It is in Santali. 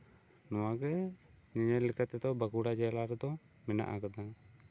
ᱱᱚᱣᱟ ᱜᱮ ᱧᱮᱧᱮᱞ ᱞᱮᱠᱟ ᱛᱮᱫᱚ ᱵᱟᱸᱠᱩᱲᱟ ᱡᱮᱞᱟᱨᱮ ᱫᱚ ᱢᱮᱱᱟᱜ ᱠᱟᱫᱟ